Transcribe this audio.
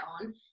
on